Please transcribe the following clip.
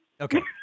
Okay